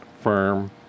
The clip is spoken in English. firm